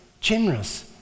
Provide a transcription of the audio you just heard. generous